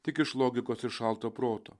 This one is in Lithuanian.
tik iš logikos ir šalto proto